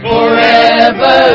Forever